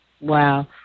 Wow